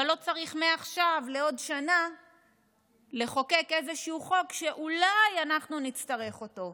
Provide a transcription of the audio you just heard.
אבל לא צריך מעכשיו לעוד שנה לחוקק איזשהו חוק שאולי אנחנו נצטרך אותו.